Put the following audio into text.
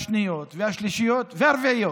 פועלים לזיהוי פרקטיקות מדירות ומפלות ויצירת מרחב המאפשר